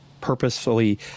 purposefully